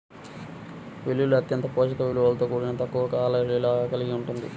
వెల్లుల్లి అత్యంత పోషక విలువలతో కూడి తక్కువ కేలరీలను కలిగి ఉంటుంది